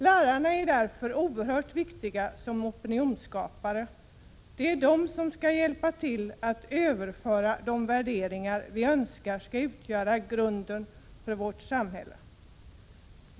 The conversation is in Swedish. Lärarna är därför oerhört viktiga som opinionsskapare. Det är de som skall hjälpa till att överföra de värderingar vi önskar skall utgöra grunden för vårt samhälle.